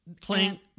playing